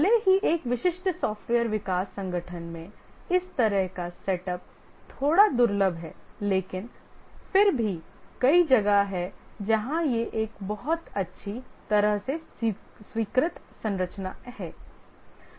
भले ही एक विशिष्ट सॉफ्टवेयर विकास संगठन में इस तरह का सेटअप थोड़ा दुर्लभ है लेकिन फिर भी कई जगह हैं जहां यह एक बहुत अच्छी तरह से स्वीकृत संरचना है